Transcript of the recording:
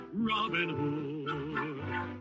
Robinhood